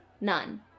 None